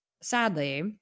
sadly